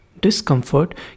Discomfort